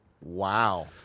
Wow